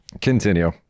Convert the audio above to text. Continue